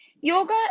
Yoga